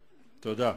תודה.